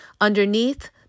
Underneath